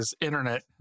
internet